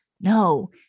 No